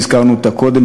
והזכרנו אותה קודם,